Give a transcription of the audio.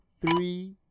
three